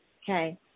Okay